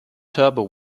turbo